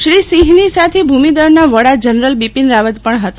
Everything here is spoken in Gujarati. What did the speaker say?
શ્રી સિંહની સાથે ભૂમિદળના વડા જનરલ બિપિન રાવત પણ હતા